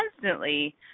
constantly